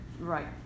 right